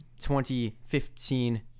2015